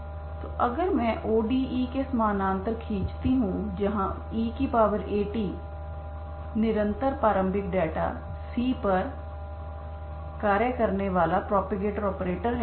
तो अगर मैं ODE के समानांतर खींचती हूं जहां eAt निरंतर प्रारंभिक डेटा c पर कार्य करने वाला प्रोपेगेटर ऑपरेटर है